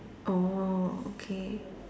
oh okay